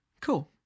Cool